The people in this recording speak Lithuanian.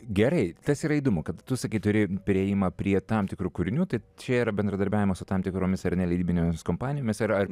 gerai kas yra įdomu kad tu sakei turi priėjimą prie tam tikrų kūrinių tai čia yra bendradarbiavimas su tam tikromis ar ne leidybinėmis kompanijomis ar ar